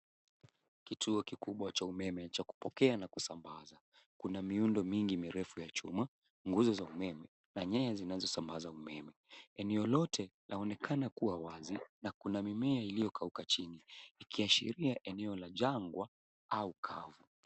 Kituo kikubwa cha umeme cha kupokea na kusambaza. Kuna miundo mingi mirfu ya chuma, nguzo za umeme na nyaya zinazosambazwa umeme. Eneo lote laonekana kuwa wazi na kuna mimea iliyokauka chini ikiashiria eneo la jangwa au kavu.